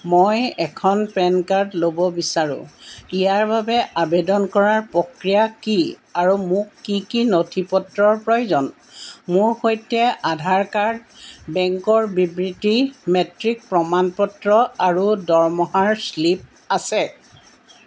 মই এখন PAN card ল'ব বিচাৰোঁ ইয়াৰ বাবে আবেদন কৰাৰ প্ৰক্ৰিয়া কি আৰু মোক কি কি নথিপত্ৰৰ প্ৰয়োজন মোৰ সৈতে আধাৰ কাৰ্ড বেংকৰ বিবৃতি মেট্ৰিক প্ৰমাণপত্ৰ আৰু দৰমহাৰ স্লিপ আছে